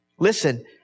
Listen